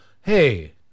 hey